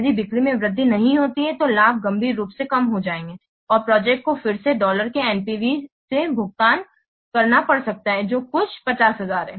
यदि बिक्री में वृद्धि नहीं होती है तो लाभ गंभीर रूप से कम हो जाएंगे और प्रोजेक्ट को फिर से डॉलर के NPV से भुगतना पड़ सकता है जो कुछ 50000 है